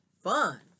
Fun